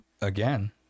again